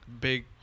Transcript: big